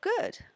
good